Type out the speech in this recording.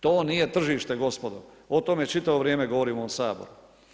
To nije tržište gospodo, o tome čitavo vrijeme govorim u ovom Saboru.